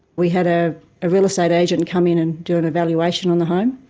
we had a real estate agent come in and do an evaluation on the home.